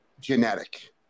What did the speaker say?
genetic